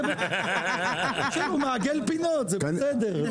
הוא מעגל פינות, זה בסדר.